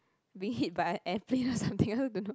be hit by airplane something I don't know